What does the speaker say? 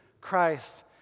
Christ